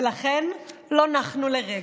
ולכן לא נחנו לרגע.